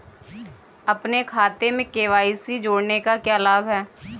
अपने खाते में के.वाई.सी जोड़ने का क्या लाभ है?